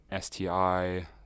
STI